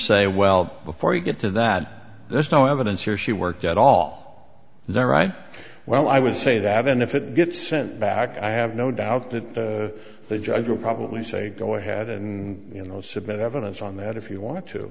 say well before you get to that there's no evidence or she worked at all there right well i would say that and if it gets sent back i have no doubt that the judge will probably say go ahead and you know submit evidence on that if you want